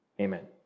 Amen